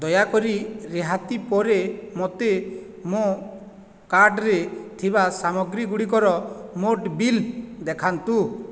ଦୟାକରି ରିହାତି ପରେ ମୋତେ ମୋ କାର୍ଟ୍ରେ ଥିବା ସାମଗ୍ରୀ ଗୁଡ଼ିକର ମୋଟ ବିଲ୍ ଦେଖାନ୍ତୁ